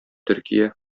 төркия